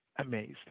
amazed